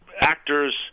Actors